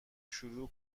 شروع